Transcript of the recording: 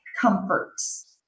comforts